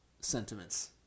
sentiments